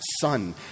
son